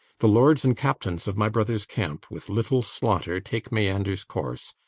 the lords and captains of my brother's camp with little slaughter take meander's course,